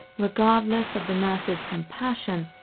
regardless of the nurses' compassion,